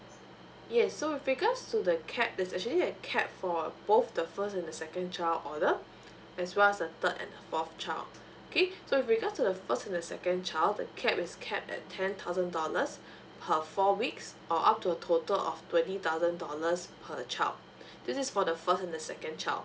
yes so with regards to the cap there's actually a cap for both the first and the second child order as well as the third and the fourth child okay so with regards to the first and the second child the cap is capped at ten thousand dollars per four weeks or up to a total of twenty thousand dollars per child this is for the first and the second child